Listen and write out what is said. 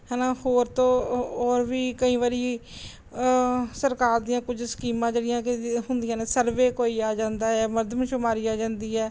ਹੈ ਨਾ ਹੋਰ ਤੋਂ ਹੋਰ ਵੀ ਕਈ ਵਾਰੀ ਸਰਕਾਰ ਦੀਆਂ ਕੁਝ ਸਕੀਮਾਂ ਜਿਹੜੀਆਂ ਕਿ ਹੁੰਦੀਆਂ ਨੇ ਸਰਵੇ ਕੋਈ ਆ ਜਾਂਦਾ ਆ ਮਰਦਮਸ਼ੁਮਾਰੀ ਆ ਜਾਂਦੀ ਆ